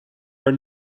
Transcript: are